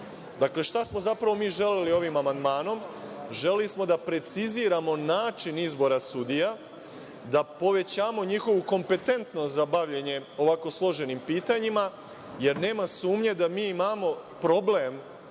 šta smo mi zapravo želeli ovim amandmanom? Želeli smo da preciziramo način izbora sudija, da povećamo njihovu kompetentnost za bavljenje ovako složenim pitanjima, jer nema sumnje da mi imamo problem